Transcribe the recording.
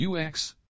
UX